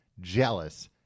jealous